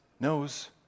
knows